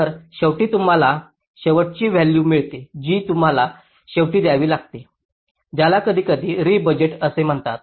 तर शेवटी तुम्हाला शेवटची व्हॅल्यू मिळेल जी तुम्हाला शेवटी द्यावी लागतात याला कधीकधी री बजेट असे म्हणतात